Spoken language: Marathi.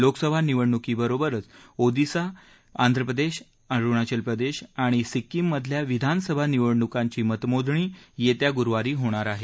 लोकसभा निवडणुकीबरोबरच ओदिशा आंध्र प्रदेश अरुणाचल प्रदेश आणि सिक्कीममधल्या विधानसभा निवडणुकांची मतमोजणी येत्या गुरुवारी होणार आहे